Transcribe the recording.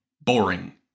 boring